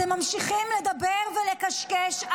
אתם ממשיכים לדבר ולקשקש,